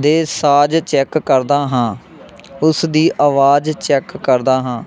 ਦੇ ਸਾਜ ਚੈੱਕ ਕਰਦਾ ਹਾਂ ਉਸ ਦੀ ਆਵਾਜ਼ ਚੈੱਕ ਕਰਦਾ ਹਾਂ